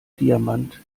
diamant